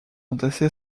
entassés